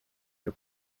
für